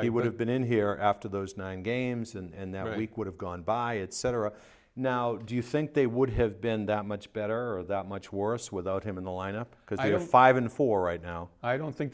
he would have been in here after those nine games and that week would have gone by it cetera now do you think they would have been that much better or that much worse without him in the lineup because you're five in four right now i don't think